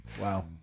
Wow